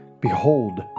Behold